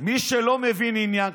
מי שלא מבין עניין,